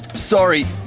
sorry.